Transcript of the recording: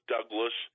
Douglas